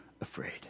afraid